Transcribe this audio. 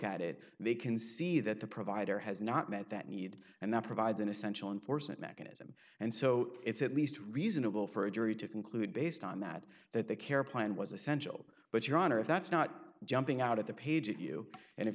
it they can see that the provider has not met that need and that provides an essential enforcement mechanism and so it's at least reasonable for a jury to conclude based on that that the care plan was essential but your honor if that's not jumping out of the page at you and if